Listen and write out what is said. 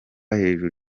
hejuru